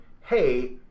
hey